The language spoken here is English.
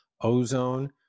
ozone